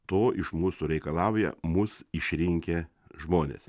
to iš mūsų reikalauja mus išrinkę žmonės